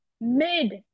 mid